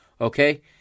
okay